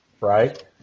right